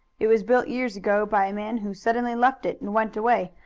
it was built years ago by a man who suddenly left it and went away,